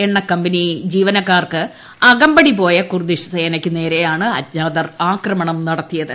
എണ്ണക്കമ്പനി ജീവനക്കാർക്ക് അകമ്പടി പോയ കൂർദിഷ് സേനക്ക് നേരെയാണ് അജ്ഞാതർ ആക്രമണം നടത്തിയത്